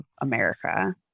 America